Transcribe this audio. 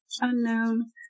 unknown